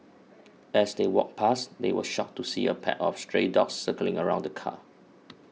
as they walked back they were shocked to see a pack of stray dogs circling around the car